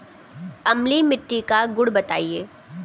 अम्लीय मिट्टी का गुण बताइये